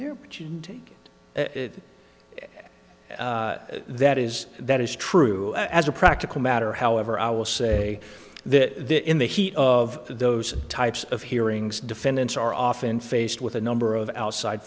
there but you take it that is that is true as a practical matter however i will say that in the heat of those types of hearings defendants are often faced with a number of outside